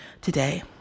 today